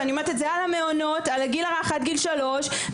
ואני אומרת את זה על המעונות על הגיל הרך עד גיל 3 מגיל